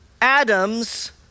Adam's